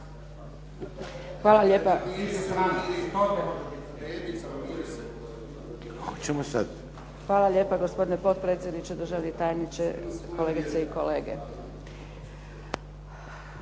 Dragica (SDP)** Hvala lijepa gospodine potpredsjedniče, državni tajniče, kolegice i kolege.